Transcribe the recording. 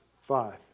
five